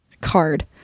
card